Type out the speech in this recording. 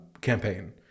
campaign